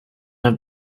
have